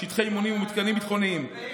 שטחי אימונים ומתקנים ביטחוניים,